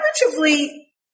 relatively